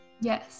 Yes